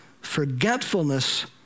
Forgetfulness